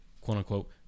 quote-unquote